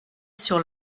sur